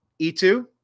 E2